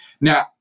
Now